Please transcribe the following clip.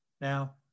Now